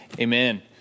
Amen